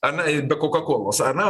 ar ne ir be kokakolos ar ne